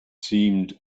seemed